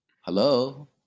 Hello